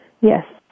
Yes